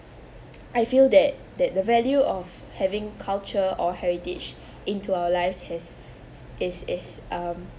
I feel that that the value of having culture or heritage into our lives has is is um